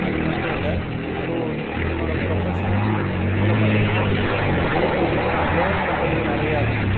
அது மட்டும் இல்லை ஸோ என்னோடய ப்ரொஃபஷ்னல் இதில் பார்த்திங்கன்னா டே டு டே நான் லேர்ன் பண்ணுறது நிறையா இருக்கும்